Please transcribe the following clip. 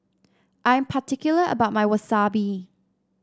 I am particular about my Wasabi